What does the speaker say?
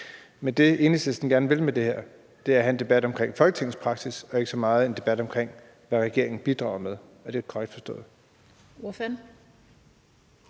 Men det, Enhedslisten gerne vil med det her, er at have en debat omkring Folketingets praksis, og ikke så meget om, hvad det er, regeringen bidrager med. Er det korrekt forstået?